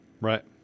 right